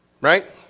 right